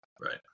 Right